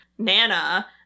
Nana